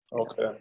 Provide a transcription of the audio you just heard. Okay